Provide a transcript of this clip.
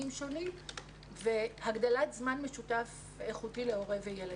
שונים והגדלת זמן משותף איכותי להורה וילד.